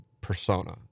persona